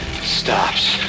stops